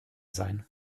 sein